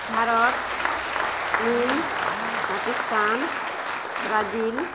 ଭାରତ ଚୀନ ପାକିସ୍ତାନ ବ୍ରାଜିଲ